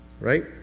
right